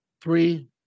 Three